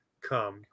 come